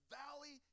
valley